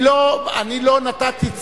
אני לא נתתי ציון.